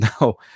no